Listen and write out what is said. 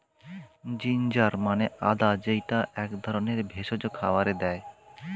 ginger মানে আদা যেইটা এক ধরনের ভেষজ খাবারে দেয়